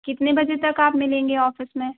कितने बजे तक आप मिलेंगे ऑफिस में